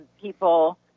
people